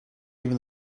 even